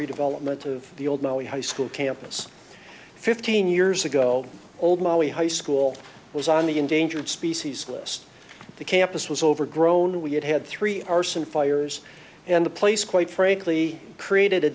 redevelopment of the old molly high school campus fifteen years ago old molly high school was on the endangered species list the campus was overgrown we had had three arson fires and the place quite frankly created a